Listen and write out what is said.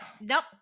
Nope